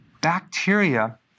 bacteria